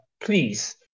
please